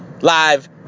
Live